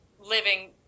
living